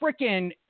freaking